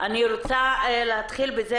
אני רוצה להתחיל בזה,